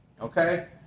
Okay